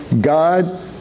God